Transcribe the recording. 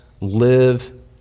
live